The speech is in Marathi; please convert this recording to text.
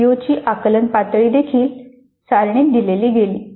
सीओची आकलन पातळी देखील सारणीत दिलेली गेली